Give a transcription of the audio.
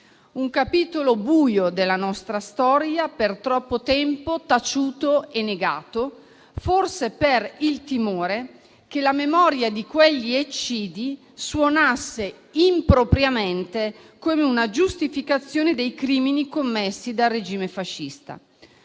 Un capitolo buio della nostra storia, per troppo tempo taciuto e negato, forse per il timore che la memoria di quegli eccidi suonasse impropriamente come una giustificazione dei crimini commessi dal regime fascista.